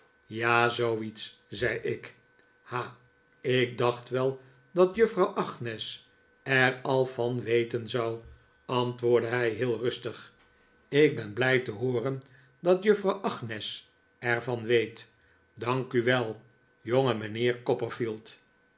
ja zooiets zei ik ha ik dacht wel dat juffrouw agnes er al van weten zou antwoordde hij heel rustig ik ben blij te hooren dat juffrouw agnes er van weet dank u wel